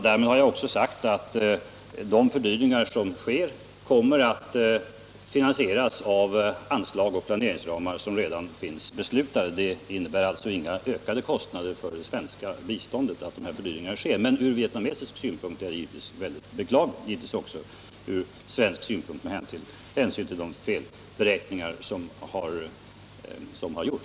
Därmed har jag också sagt att fördyringar som sker kommer att finansieras inom anslag och planeringsramar som redan är beslutade. Fördyringarna innebär alltså inga ökade kostnader för det svenska biståndet.